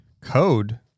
code